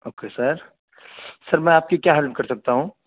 okay sir sir میں آپ کی کیا ہیلپ کر سکتا ہوں